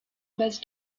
base